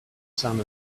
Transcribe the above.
son